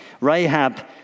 Rahab